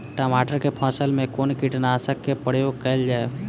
टमाटर केँ फसल मे कुन कीटनासक केँ प्रयोग कैल जाय?